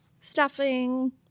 stuffing